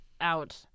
out